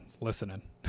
listening